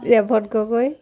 ৰেভত Gogoi